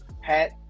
hat